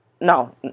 no